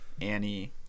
Annie